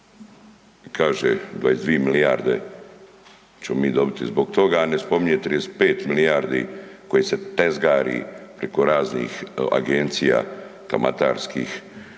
kaže 22 milijarde ćemo dobiti zbog toga, a ne spominje 35 milijardi koje se tezgari preko raznih agencija kamatarskih